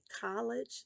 college